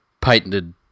patented